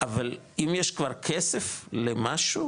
אבל אם יש כבר כסף למשהו,